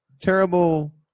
terrible